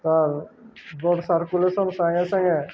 ତାର blood circulation ସାଙ୍ଗେ ସାଙ୍ଗେ